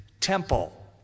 temple